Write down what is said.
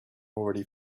already